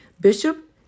Bishop